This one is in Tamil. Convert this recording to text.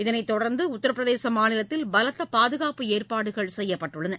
இதனைத் தொடர்ந்து உத்திரபிரதேச மாநிலத்தில் பலத்த பாதுகாப்பு ஏற்பாடுகள் செய்யப்பட்டுள்ளன